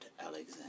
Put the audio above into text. Alexander